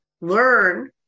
learn